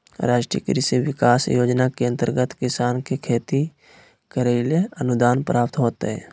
राष्ट्रीय कृषि विकास योजना के अंतर्गत किसान के खेती करैले अनुदान प्राप्त होतय